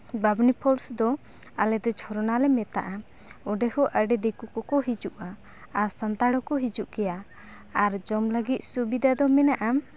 ᱵᱟᱢᱱᱤ ᱯᱷᱚᱞᱥ ᱫᱚ ᱟᱞᱮ ᱫᱚ ᱡᱷᱚᱨᱱᱟᱞᱮ ᱢᱮᱛᱟᱜᱼᱟ ᱚᱸᱰᱮ ᱦᱚᱸ ᱟᱹᱰᱤ ᱫᱤᱠᱩ ᱠᱚᱠᱚ ᱦᱤᱡᱩᱜᱼᱟ ᱟᱨ ᱥᱟᱱᱛᱟᱲ ᱦᱚᱸᱠᱚ ᱦᱤᱡᱩᱜ ᱜᱮᱭᱟ ᱟᱨ ᱡᱚᱢ ᱞᱟᱹᱜᱤᱫ ᱥᱩᱵᱤᱫᱷᱟ ᱫᱚ ᱢᱮᱱᱟᱜᱼᱟ